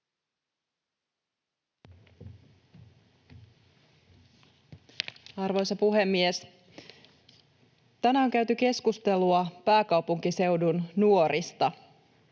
Arvoisa puhemies! Tänään on käyty keskustelua pääkaupunkiseudun nuorista.